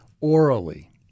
orally